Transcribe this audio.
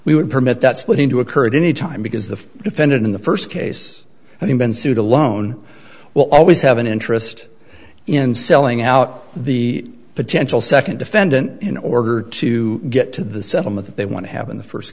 we would permit that's what into occurred any time because the defendant in the first case and even sued alone will always have an interest in selling out the potential second defendant in order to get to the settlement that they want to have in the first